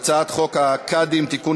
הצעת חוק הקאדים (תיקון,